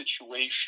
situation